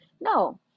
No